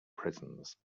prisons